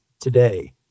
today